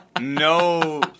no